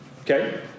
okay